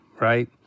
right